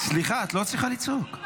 סליחה, את לא צריכה לצעוק.